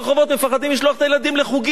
מפחדים לשלוח את הילדים לחוגים.